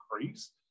increase